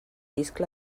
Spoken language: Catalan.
iscle